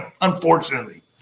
Unfortunately